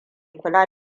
kula